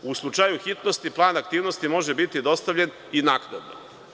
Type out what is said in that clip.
U slučaju aktivnosti plan aktivnosti može biti dostavljen i naknadno“